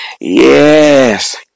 Yes